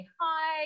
hi